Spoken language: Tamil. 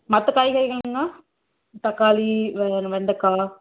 மற்ற காய்கறிங்கங்க தக்காளி வெண்டக்காய்